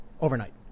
Overnight